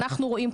אנחנו רואים,